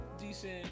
decent